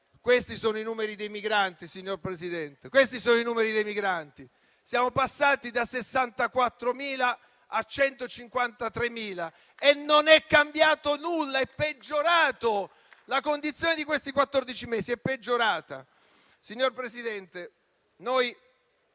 Questi sono i numeri dei migranti, signor Presidente; siamo passati da 64.000 a 153.000 e non è cambiato nulla, la condizione di questi quattordici mesi è peggiorata.